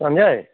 Sanjay